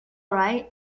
right